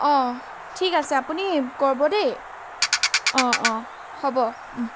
অঁ ঠিক আছে আপুনি ক'ব দেই অঁ অঁ হ'ব